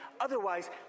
otherwise